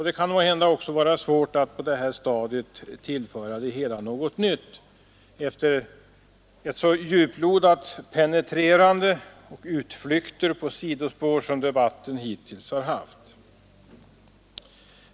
Det är kanske också svårt att på det här stadiet tillföra debatten något nytt efter den djuplodande penetrering och de utflykter på sidospår som hittills har ägt rum.